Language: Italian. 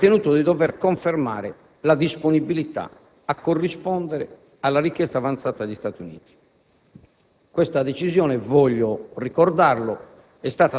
il Presidente del Consiglio ha ritenuto di dover confermare la disponibilità a corrispondere alla richiesta avanzata dagli Stati Uniti.